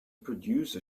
produce